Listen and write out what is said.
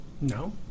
No